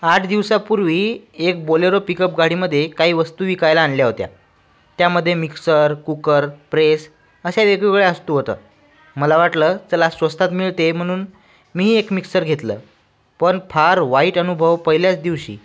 आठ दिवसापूर्वी एक बोलेरो पिकअप गाडीमध्ये काही वस्तू विकायला आणल्या होत्या त्यामध्ये मिक्सर कुकर प्रेस अशा वेगवेगळ्या अस्तू होतं मला वाटलं चला स्वस्तात मिळते म्हणून मीही एक मिक्सर घेतलं पण फार वाईट अनुभव पहिल्याच दिवशी